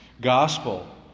Gospel